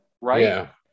right